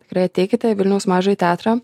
tikrai ateikite į vilniaus mažąjį teatrą